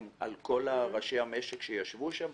על כל ראשי המשק שישבו שם,